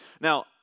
Now